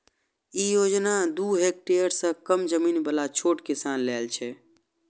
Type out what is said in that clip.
ई योजना दू हेक्टेअर सं कम जमीन बला छोट किसान लेल छै